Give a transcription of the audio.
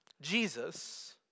Jesus